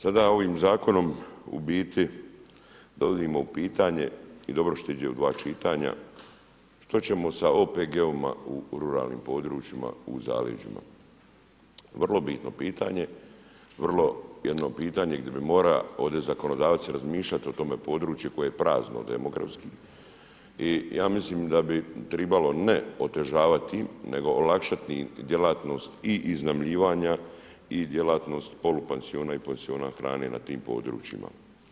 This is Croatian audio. Sada ovim zakonom u biti dovodimo u pitanje i dobro je što ide u dva čitanja što ćemo sa OPG-ovima u ruralnim područjima u zaleđima vrlo bitno pitanje, vrlo jedno pitanje gdje bi morali zakonodavci razmišljati o tome području koje je prazno demografski i ja mislim da bi tribalo ne otežavati, nego olakšati djelatnost i iznajmljivanja i djelatnost polupansiona i pansiona hrane na tim područjima.